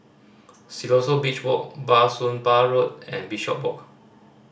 Siloso Beach Walk Bah Soon Pah Road and Bishopswalk